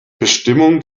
bestimmung